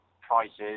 prices